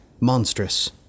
monstrous